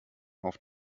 auf